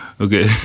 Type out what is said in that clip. okay